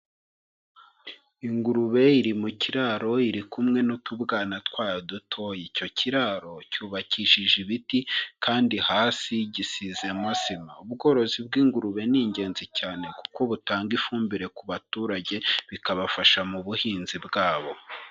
Ingurube iri mu kiraro iri kumwe n'utubwana twayo dutoya, icyo kiraro cyubakishije ibiti, kandi hasi gisizemo sima. Ubworozi bw'ingurube ni ingenzi cyane kuko butanga ifumbire ku baturage, bikabafasha mu buhinzi bwabo.